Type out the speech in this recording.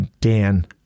Dan